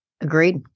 Agreed